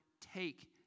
take